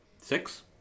six